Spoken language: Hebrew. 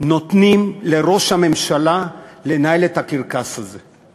נותנים לראש הממשלה לנהל את הקרקס הזה.